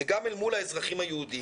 זה גם אל מול האזרחים היהודים,